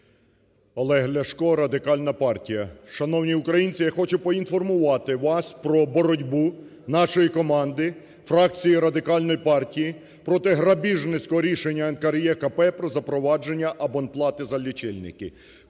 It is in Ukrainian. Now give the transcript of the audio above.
Олег Ляшко, Радикальна партія. Шановні українці, я хочу поінформувати вас про боротьбу нашої команди – фракції Радикальної партії – проти грабіжницького рішення НКРЕКП про запровадження абонплати за лічильники.